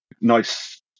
nice